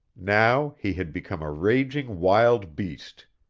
now he had become a raging wild beast.